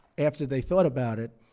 after they thought about it,